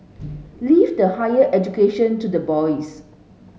leave the higher education to the boys